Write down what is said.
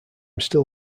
still